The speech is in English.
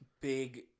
big